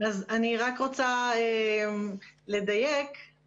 אני רוצה לדייק.